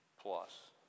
plus